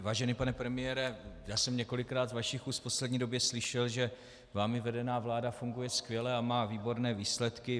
Vážený pane premiére, já jsem několikrát z vašich úst v poslední době slyšel, že vámi vedená vláda funguje skvěle a má výborné výsledky.